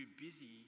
busy